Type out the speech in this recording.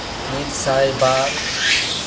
ᱢᱤᱫᱥᱟᱭ ᱵᱟᱨ